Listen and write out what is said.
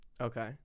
Okay